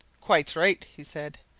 quite right. he said